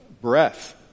breath